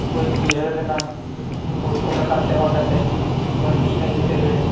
ᱵᱟᱹᱫᱽ ᱵᱟᱹᱭᱦᱟᱹᱲ ᱨᱮᱱᱟᱜ ᱦᱩᱲᱩ ᱠᱚ ᱨᱟᱠᱟᱵ ᱪᱟᱵᱟ ᱠᱟᱛᱮᱫ ᱵᱟᱹᱫᱤᱭᱮᱜ ᱟᱭ ᱡᱮᱛᱮ ᱵᱟᱲᱮ